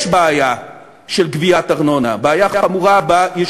יש בעיה של גביית ארנונה,